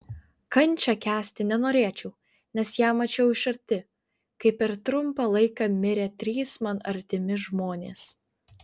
kančią kęsti nenorėčiau nes ją mačiau iš arti kai per trumpą laiką mirė trys man artimi žmonės